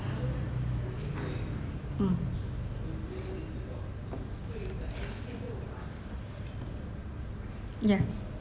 mm yeah